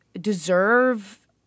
deserve –